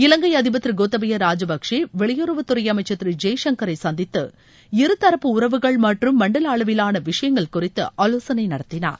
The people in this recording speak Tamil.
இலங்கை அதிபர் திரு கோத்தபய ராஜபக்சே வெளியுறவுத்துறை அமைச்சர் திரு ஜெய்சங்கரையும் சந்தித்து இருதரப்பு உறவுகள் மற்றும் மண்டல அளவிலான விஷயங்கள் குறித்து ஆலோசனை நடத்தினார்